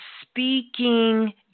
speaking